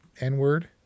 N-word